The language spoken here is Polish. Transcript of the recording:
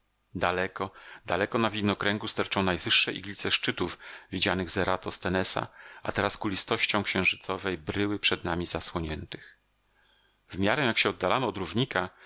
daleko daleko na widnokręgu sterczą najwyższe iglice szczytów widzianych z eratosthenesa a teraz kulistością księżycowej bryły przed nami zasłoniętych w miarę jak się oddalamy od równika